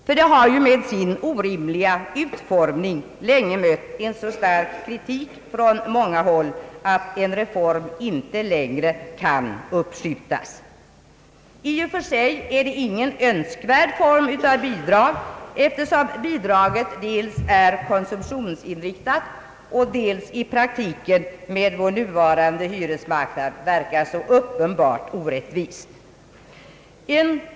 Denna höjning har med sin orimliga utformning länge mött en så stark kritik från många håll att en reform inte längre kan uppskjutas. I och för sig är det ingen önskvärd form av bidrag, eftersom det dels är konsumtionsinriktat och dels i praktiken, med vår nuvarande hyresmarknad, verkar så uppenbart orättvist.